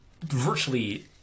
virtually